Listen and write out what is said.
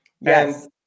Yes